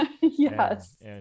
Yes